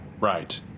Right